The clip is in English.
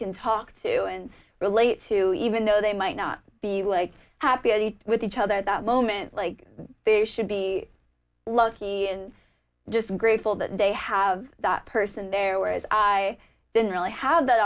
can talk to and relate to even though they might not be like happy with each other that moment like they should be lucky and just grateful that they have that person there were as i didn't really have that